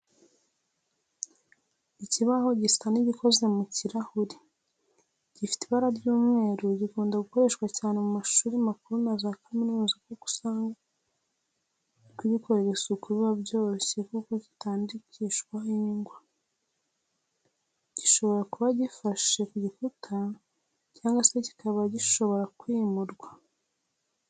Ikibaho gisa n'igikoze mu kirahuri, gifite ibara ry'umweru gikunda gukoreshwa cyane mu mashuri makuru na za kaminuza kuko usanga kugikorera isuku biba byoroshye kuko kitandikishwaho ingwa. Gishobora kuba gifashe ku gikuta cyangwa se kikaba gishobora kwimurwa.